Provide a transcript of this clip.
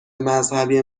مذهبی